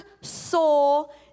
soul